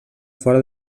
fora